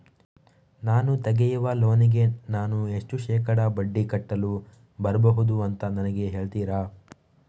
ನಾನು ತೆಗಿಯುವ ಲೋನಿಗೆ ನಾನು ಎಷ್ಟು ಶೇಕಡಾ ಬಡ್ಡಿ ಕಟ್ಟಲು ಬರ್ಬಹುದು ಅಂತ ನನಗೆ ಹೇಳ್ತೀರಾ?